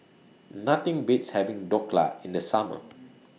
Nothing Beats having Dhokla in The Summer